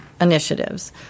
Initiatives